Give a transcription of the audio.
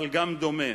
אבל גם דומה.